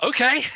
Okay